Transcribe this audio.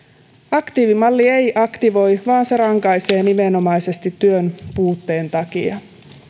aktiivimalli ei aktivoi vaan se rankaisee nimenomaisesti työn puutteen takia